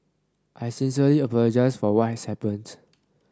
I sincerely apologise for what has happened